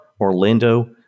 Orlando